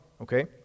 Okay